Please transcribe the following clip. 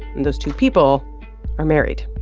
and those two people are married.